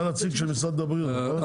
אתה הנציג של משרד הבריאות, נכון?